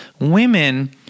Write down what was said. Women